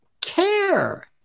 care